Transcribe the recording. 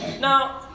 Now